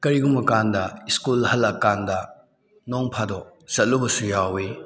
ꯀꯔꯤꯒꯨꯝꯕ ꯀꯥꯟꯗ ꯁ꯭ꯀꯨꯜ ꯍꯜꯂꯛꯑꯀꯥꯟꯗ ꯅꯣꯡ ꯐꯥꯗꯣꯛ ꯆꯠꯂꯨꯕꯁꯨ ꯌꯥꯎꯏ